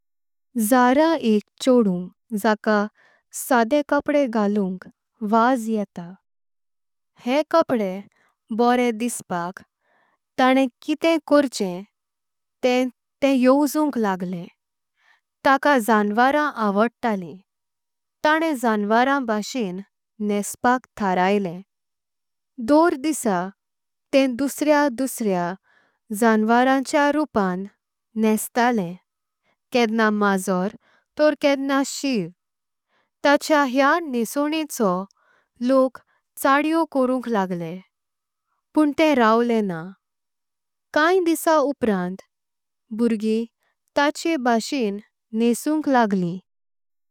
झरा एक छोडू जका साधे कपडे घालुंक वज येता। हे कपडे बोरें डिसपाक ताणें किते कोरचे ते तें। येवजुंक लागलें ताका जनावरां आवडलें ताणें। जनावरां भाषेनं नेस्पाक थरयलें दर दिसा। तें दुसरया दुसरया जनावरांचें रूपानं। नेश्तालें केदना माजोर तॉर केदना शिव। ताचेया हे न्हेसोन्नेको लोक चडेंव कोरुंक। लागलें पण तें रावलं ना काय दिसा। उबरांत भुर्गीं ताचे भाषेन नेसुंक लागली।